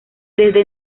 desde